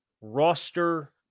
roster